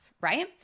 right